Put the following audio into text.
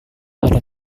ada